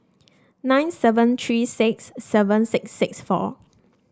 nine seven three six seven six six four